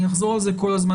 אני אחזור על זה כל הזמן,